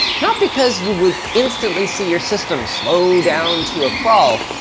not because you would instantly see your system slow down to a crawl,